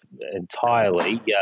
entirely